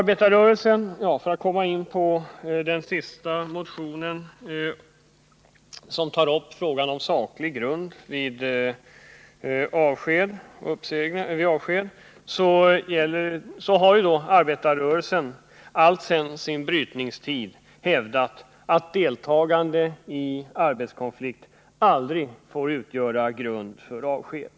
Beträffande vår sista motion, i vilken frågan om saklig grund vid avsked tas upp, har arbetarrörelsen alltsedan sin brytningstid hävdat att deltagande i arbetskonflikt aldrig får utgöra grund för avsked.